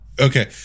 Okay